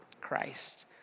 Christ